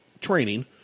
training